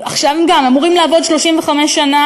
עכשיו, הם גם אמורים לעבוד 35 שנה.